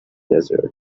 desert